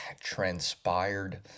transpired